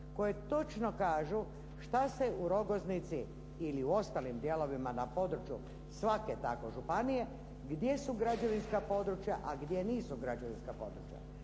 koje točno kažu šta se u Rogoznici ili u ostalim dijelovima na području svake tako županije, gdje su građevinska područja, a gdje nisu građevinska područja.